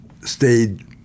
stayed